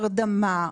הרדמה,